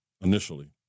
initially